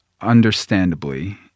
understandably